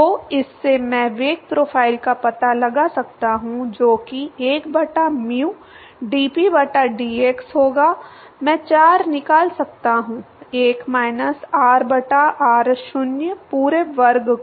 तो इससे मैं वेग प्रोफ़ाइल का पता लगा सकता हूं जो कि 1 बटा म्यू डीपी बटा डीएक्स होगा मैं 4 निकाल सकता हूं 1 माइनस आर बटा r0 पूरे वर्ग को